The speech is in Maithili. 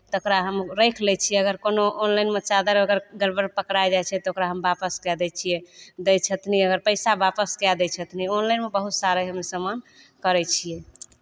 तकरा हम राखि लै छियै अगर कोनो ऑनलाइनमे चादर अगर गड़बड़ पकड़ा जाइ छै तऽ ओकरा हम वापस कऽ दै छियै दै छथिन अगर पैसा वापस कऽ दै छथिन ऑनलाइनमे बहुतसारा एहन सामान करै छियै